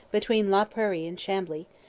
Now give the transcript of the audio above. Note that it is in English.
between la prairie and chambly,